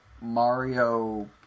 Mario